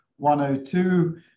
102